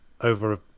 over